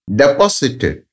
deposited